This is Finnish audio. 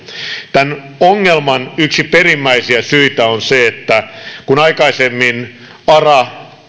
tämän ongelman yksi perimmäisiä syitä on se että kun aikaisemmin ara